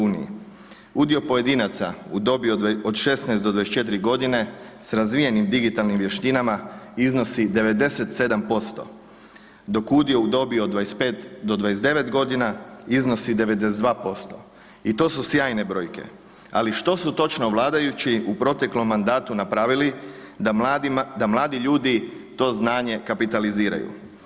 Udio pojedinaca u dobi od 16 do 24.g. s razvijenim digitalnim vještinama iznosi 97%, dok udio u dobi od 25. do 29.g. iznosi 92% i to su sjajne brojke, ali što su točno vladajući u proteklom mandatu napravili da mladima, da mladi ljudi to znanje kapitaliziraju?